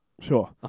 Sure